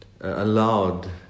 allowed